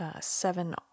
Seven